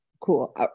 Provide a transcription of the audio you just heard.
cool